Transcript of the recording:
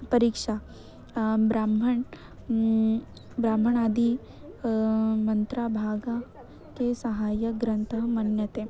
परीक्षा ब्राह्मणं ब्राह्मणादि मन्त्राभागा ते सहायग्रन्थः मन्यते